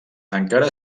encara